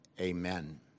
amen